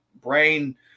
brain